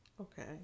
Okay